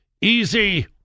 easy